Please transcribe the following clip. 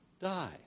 die